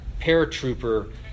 paratrooper